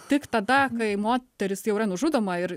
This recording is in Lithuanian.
tik tada kai moteris jau yra nužudoma ir